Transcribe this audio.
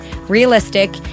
realistic